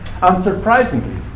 Unsurprisingly